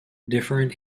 different